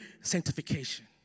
sanctification